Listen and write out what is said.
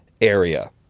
area